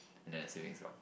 and then your savings is gone